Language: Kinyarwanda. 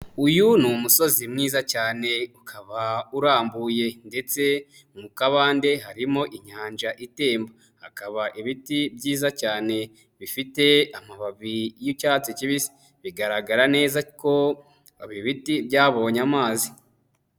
Uyu ni umusozi mwiza cyane, ukaba urambuye ndetse mu kabande harimo inyanja itemba, hakaba ibiti byiza cyane bifite amababi y'icyatsi kibisi, bigaragara neza ko ibi ibiti byabonye amazi.